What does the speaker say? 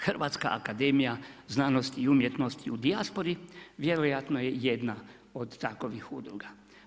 Hrvatska akademija znanosti i umjetnosti u dijaspori vjerojatno je jedna od takovih udruga.